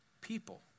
people